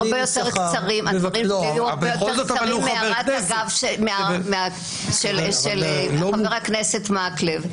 יותר קצרים מהערת הביניים של חה"כ מקלב.